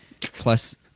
plus